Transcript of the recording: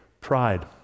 pride